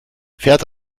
fährt